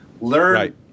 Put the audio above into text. Learn